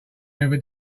never